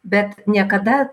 bet niekada